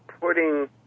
putting